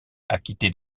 acquittés